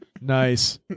Nice